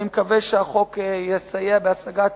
אני מקווה שהחוק יסייע בהשגת